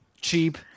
cheap